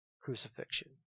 crucifixion